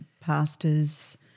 pastors